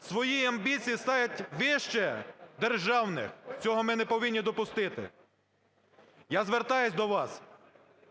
свої амбіції ставлять вище державних, цього ми не повинні допустити. Я звертаюсь до вас,